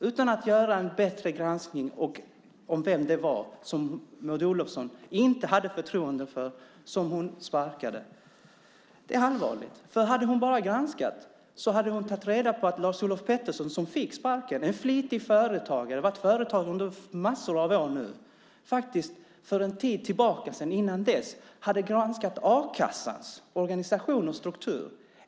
Utan att göra en bättre granskning av vem det var som Maud Olofsson inte hade förtroende för sparkade hon honom. Det är allvarligt. Om hon hade granskat detta hade hon fått reda på att Lars-Olof Pettersson som fick sparken är en flitig företagare. Han har varit företagare i massor av år. För en tid sedan granskade han a-kassans organisation och struktur.